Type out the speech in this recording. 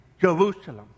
Jerusalem